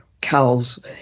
cows